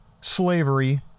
Slavery